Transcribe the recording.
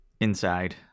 Inside